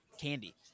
candy